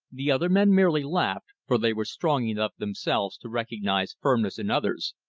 the other men merely laughed, for they were strong enough themselves to recognize firmness in others,